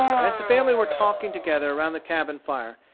as the family were talking together around the cabin fire,